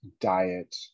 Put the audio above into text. diet